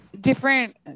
different